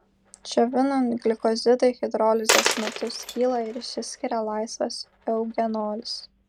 džiovinant glikozidai hidrolizės metu skyla ir išsiskiria laisvas eugenolis